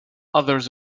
others